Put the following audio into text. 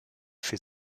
für